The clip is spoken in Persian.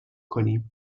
کنیم